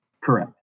Correct